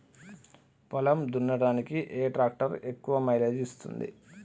పొలం దున్నడానికి ఏ ట్రాక్టర్ ఎక్కువ మైలేజ్ ఇస్తుంది?